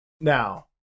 now